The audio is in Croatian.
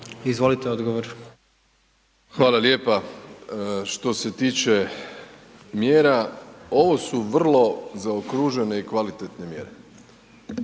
Andrej (HDZ)** Hvala lijepa. Što se tiče mjera, ovo su vrlo zaokružene i kvalitetne mjere.